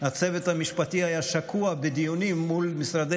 הצוות המשפטי היה שקוע בדיונים מול משרדי